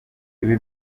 ibi